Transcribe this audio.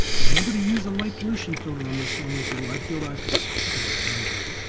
remember to use a light pollution filter on this one with your wide field eyepiece it will really help.